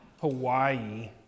Hawaii